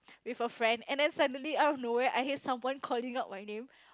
with a friend and then suddenly out of nowhere I hear someone calling out my name